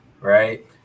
right